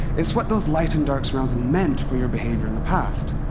it's what those light and dark surrounds meant for your behavior in the past.